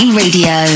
radio